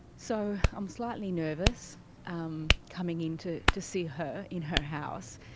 so i'm slightly nervous um coming in to to see her in her house.